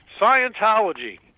Scientology